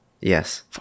Yes